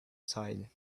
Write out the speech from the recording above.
silent